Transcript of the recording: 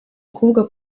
ukuvuga